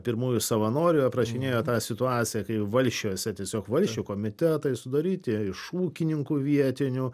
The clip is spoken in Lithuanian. pirmųjų savanorių aprašinėjo tą situaciją kai valsčiuose tiesiog valsčių komitetai sudaryti iš ūkininkų vietinių